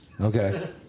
Okay